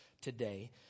today